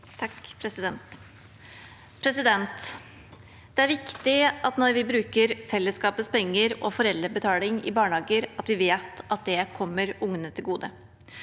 Waagen (A) Det er viktig, når vi bruker fellesskapets penger og foreldrebetaling i barnehager, at vi vet at det kommer ungene til gode.